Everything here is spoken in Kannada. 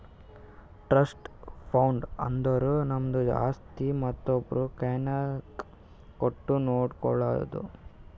ಟ್ರಸ್ಟ್ ಫಂಡ್ ಅಂದುರ್ ನಮ್ದು ಆಸ್ತಿ ಮತ್ತೊಬ್ರು ಕೈನಾಗ್ ಕೊಟ್ಟು ನೋಡ್ಕೊಳೋದು